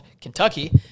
Kentucky